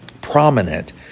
prominent